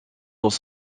dans